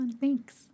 Thanks